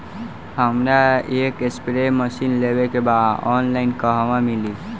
हमरा एक spray machine लेवे के बा ऑनलाइन कहवा मिली?